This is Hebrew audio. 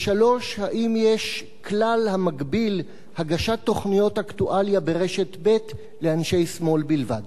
3. האם יש כלל המגביל הגשת תוכניות אקטואליה ברשת ב' לאנשי שמאל בלבד?